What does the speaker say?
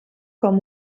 com